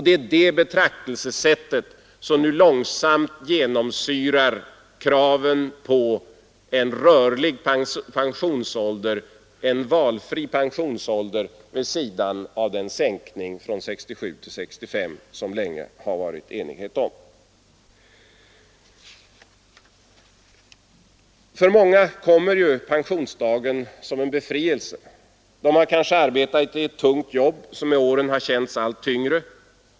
Det är det betraktelsesättet som nu långsamt genomsyrar kraven på en rörlig och valfri pensionsålder vid sidan av den sänkning av pensionsåldern från 67 till 65 år som det länge har rått enighet om. För många kommer pensionsdagen som en befrielse. De har kanske arbetat i ett tungt jobb som med åren har känts allt tyngre.